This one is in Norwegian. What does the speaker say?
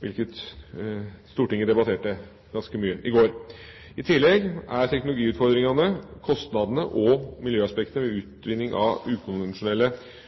hvilket Stortinget debatterte ganske mye i går. I tillegg er teknologiutfordringene, kostnadene og miljøaspektene ved utvinning av ukonvensjonelle